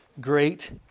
great